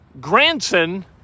Granson